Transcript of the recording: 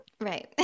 Right